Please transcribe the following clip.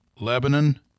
Lebanon